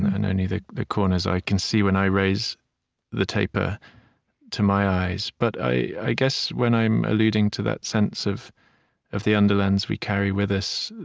and only the the corners i can see when i raise the taper to my eyes. but i i guess when i'm alluding to that sense of of the underlands we carry with us,